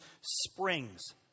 springs